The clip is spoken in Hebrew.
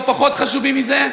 לא פחות חשובים מזה,